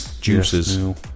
juices